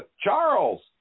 Charles